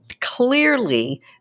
clearly